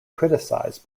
criticised